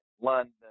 London